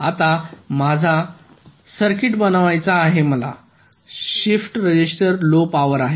आता मला माझा सर्किट बनवायचा आहे शिफ्ट रजिस्टर लो पॉवर आहे